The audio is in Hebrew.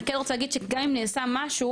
אני כן רוצה להגיד שגם אם נעשה משהו,